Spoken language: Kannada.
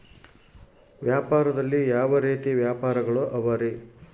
ವ್ಯಾಪಾರದಲ್ಲಿ ಯಾವ ರೇತಿ ವ್ಯಾಪಾರಗಳು ಅವರಿ?